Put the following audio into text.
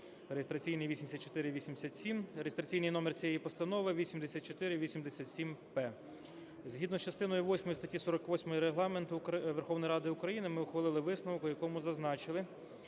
Реєстраційний номер цієї Постанови 8487-П. Згідно з частиною восьмою статті 48 Регламенту Верховної Ради України ми ухвалили висновок, в якому зазначили,